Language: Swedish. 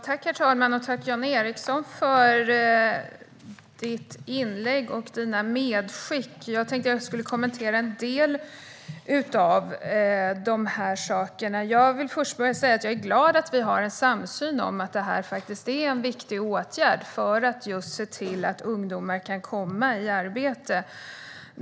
Herr talman! Tack, Jan Ericson, för ditt inlägg och dina medskick! Jag tänkte att jag skulle kommentera en del av de här sakerna. Först vill jag bara säga att jag är glad att vi har en samsyn när det gäller att detta är en viktig åtgärd för att se till att ungdomar kan komma i arbete.